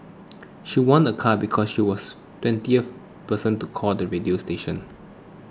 she won a car because she was twentieth person to call the radio station